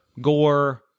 gore